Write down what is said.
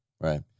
right